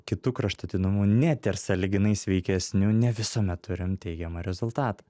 kitu kraštutinumu net ir sąlyginai sveikesniu ne visuomet turim teigiamą rezultatą